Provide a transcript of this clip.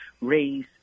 race